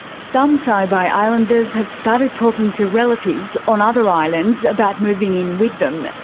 some saibai islanders have started talking to relatives on other islands about moving in with them,